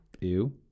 Ew